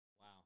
Wow